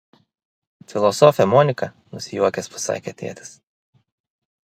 filosofė monika nusijuokęs pasakė tėtis